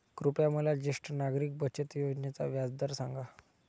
कृपया मला ज्येष्ठ नागरिक बचत योजनेचा व्याजदर सांगा